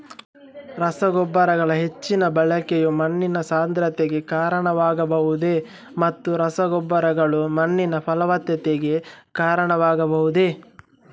ರಸಗೊಬ್ಬರಗಳ ಹೆಚ್ಚಿನ ಬಳಕೆಯು ಮಣ್ಣಿನ ಸಾಂದ್ರತೆಗೆ ಕಾರಣವಾಗಬಹುದೇ ಮತ್ತು ರಸಗೊಬ್ಬರಗಳು ಮಣ್ಣಿನ ಫಲವತ್ತತೆಗೆ ಕಾರಣವಾಗಬಹುದೇ?